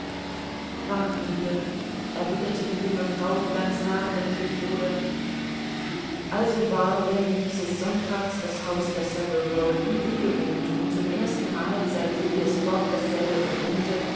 warten wir erwiderte die junge frau die ganz nachdenklich wurde also war während dieses sonntags das haus der saville row wie unbewohnt und zum erstenmal seit phileas fogg dasselbe bewohnte